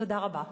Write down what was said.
תודה רבה.